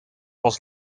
pas